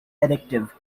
addictive